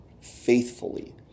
faithfully